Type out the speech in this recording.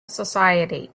society